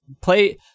play